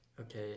Okay